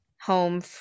home